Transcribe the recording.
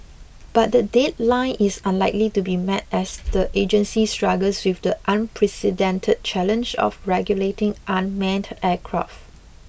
but the deadline is unlikely to be met as the agency struggles with the unprecedented challenge of regulating unmanned aircraft